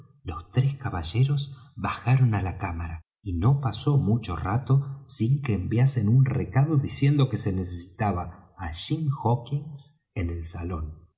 los tres caballeros bajaron á la cámara y no pasó mucho rato sin que enviasen un recado diciendo que se necesitaba á jim hawkins en el salón